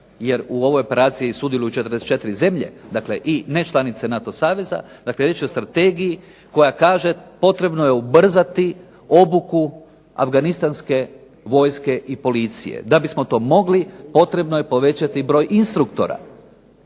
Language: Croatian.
jer u ovoj operaciji sudjeluju 44 zemlje, dakle, i nečlanice NATO saveza. Dakle, riječ je o strategiji koja kaže potrebno je ubrzati obuku afganistanske vojske i policije. Da bismo to mogli potrebno je povećati broj instruktora.